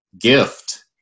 gift